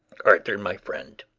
arthur my friend,